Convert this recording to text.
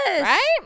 right